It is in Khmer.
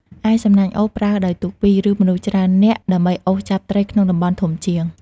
ឯ សំណាញ់អូស ប្រើដោយទូកពីរ ឬមនុស្សច្រើននាក់ដើម្បីអូសចាប់ត្រីក្នុងតំបន់ធំជាង។